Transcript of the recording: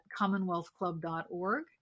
commonwealthclub.org